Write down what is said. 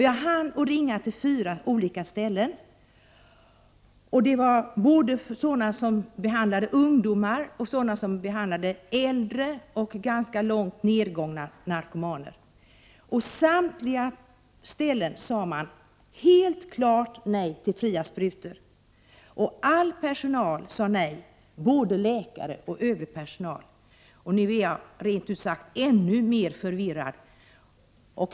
Jag hann ringa till fyra olika centra. Det var centra som behandlade ungdomar och sådana som behandlade äldre och ganska långt nedgångna narkomaner. Vid samtliga behandlingscentra sade de tillfrågade helt klart nej till fria sprutor. All personal sade nej, både läkare och övrig personal. Nu är jag rent ut sagt ännu mer förvirrad.